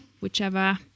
whichever